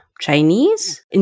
Chinese